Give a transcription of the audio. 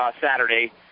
Saturday